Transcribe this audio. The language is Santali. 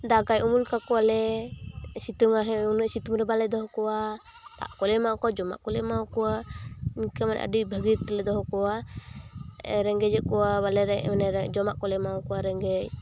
ᱫᱟᱜᱟᱭ ᱩᱢᱩᱞ ᱠᱟᱠᱚᱣᱟᱞᱮ ᱥᱤᱛᱩᱝᱟᱭ ᱦᱮᱸ ᱩᱱᱟᱹᱜ ᱥᱤᱛᱩᱝ ᱨᱮ ᱵᱟᱞᱮ ᱫᱚᱦᱚ ᱠᱚᱣᱟ ᱫᱟᱜ ᱠᱚᱞᱮ ᱮᱢᱟᱠᱚᱣᱟ ᱡᱚᱢᱟᱜ ᱠᱚᱞᱮ ᱮᱢᱟ ᱠᱚᱣᱟ ᱤᱱᱠᱟᱹ ᱢᱟᱱᱮ ᱟᱹᱰᱤ ᱵᱷᱟᱹᱜᱤ ᱛᱮᱞᱮ ᱫᱚᱦᱚ ᱠᱚᱣᱟ ᱨᱮᱸᱜᱮᱡ ᱠᱚᱣᱟ ᱵᱟᱞᱮ ᱢᱟᱱᱮ ᱡᱚᱢᱟᱜ ᱠᱚᱞᱮ ᱮᱢᱟ ᱠᱚᱣᱟ ᱨᱮᱸᱜᱮᱡ